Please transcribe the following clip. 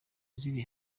ziri